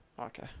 Okay